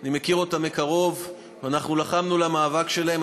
שאני מכיר מקרוב ואנחנו לחמנו במאבק שלהם,